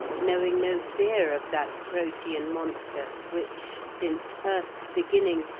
knowing no fear of that protean monster which, since earth's beginning,